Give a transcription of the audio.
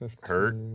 hurt